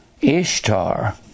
Ishtar